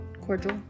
cordial